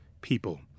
people